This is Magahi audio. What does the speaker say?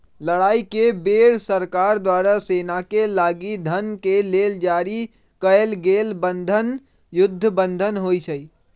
लड़ाई के बेर सरकार द्वारा सेनाके लागी धन के लेल जारी कएल गेल बन्धन युद्ध बन्धन होइ छइ